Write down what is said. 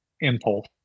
impulse